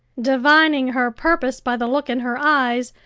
divining her purpose by the look in her eyes,